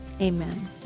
Amen